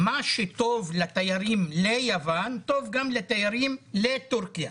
אבל מה שטוב לתיירים ליוון טוב גם לתיירים לטורקיה.